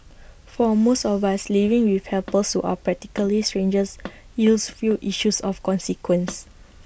for most of us living with helpers who are practically strangers yields few issues of consequence